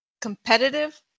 competitive